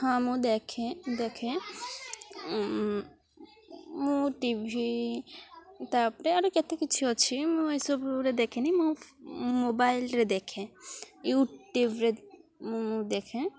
ହଁ ମୁଁ ଦେଖେ ଦେଖେ ମୁଁ ଟିଭି ତାପରେ ଆରୁ କେତେ କିଛି ଅଛି ମୁଁ ଏଇସବୁରେ ଦେଖେନି ମୁଁ ମୋବାଇଲ୍ରେ ଦେଖେ ୟୁଟ୍ୟୁବ୍ରେ ମୁଁ ମୁଁ ଦେଖେ